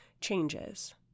changes